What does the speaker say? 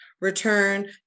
return